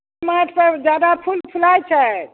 कोन माटि पर जादा फूल फूलैत छै